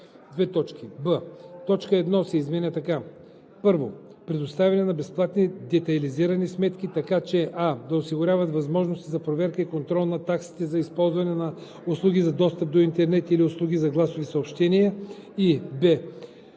б) точка 1 се изменя така: